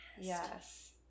Yes